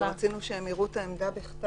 אבל רצינו שהם יראו את עמדה בכתב